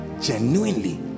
Genuinely